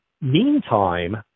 meantime